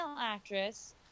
actress